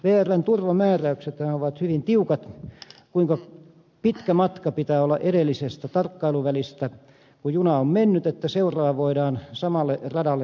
vrn turvamääräyksethän ovat hyvin tiukat kuinka pitkä matka pitää olla edellisestä tarkkailuvälistä kun juna on mennyt että seuraava voidaan samalle radalle lähettää